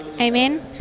Amen